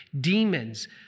demons